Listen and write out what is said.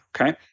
okay